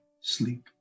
sleep